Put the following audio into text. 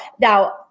now